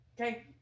Okay